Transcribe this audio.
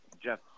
Jeff